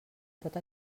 pot